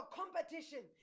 competition